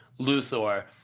Luthor